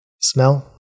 Smell